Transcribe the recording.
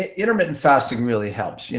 ah intermittent fasting really helps. you know